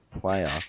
player